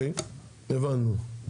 הבנו.